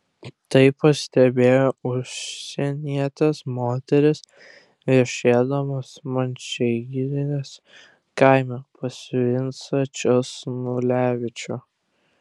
tai pastebėjo užsienietės moterys viešėdamos mančiagirės kaime pas vincą česnulevičių